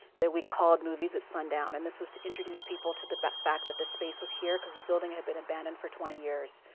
that we called movies at sundown. and this was to introduce people to the but fact that the space was here, cause the building had been abandoned for twenty years.